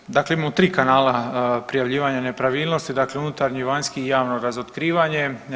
Dakle, dakle imamo tri kanala prijavljivanja nepravilnosti, dakle unutarnji, vanjski i javno razotkrivanje.